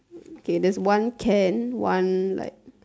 k there's one can one like